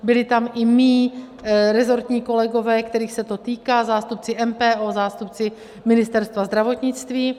Byli tam i mí resortní kolegové, kterých se to týká, zástupci MPO, zástupci Ministerstva zdravotnictví.